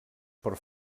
per